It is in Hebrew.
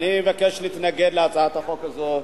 אני מבקש להתנגד להצעת החוק הזו.